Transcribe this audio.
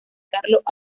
carlos